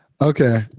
okay